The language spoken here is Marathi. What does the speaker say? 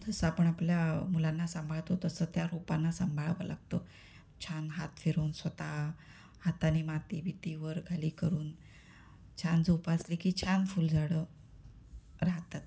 जसं आपण आपल्या मुलांना सांभाळतो तसं त्या रोपांना सांभाळावा लागतं छान हात फिरून स्वतः हाताने माती बीती वर खाली करून छान जोपासले की छान फुलझाडं राहतात